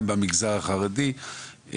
גם במגזר החרדי,